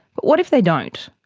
but what if they don't?